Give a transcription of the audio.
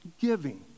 giving